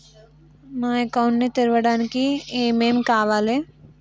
నా అకౌంట్ ని తెరవడానికి ఏం ఏం కావాలే?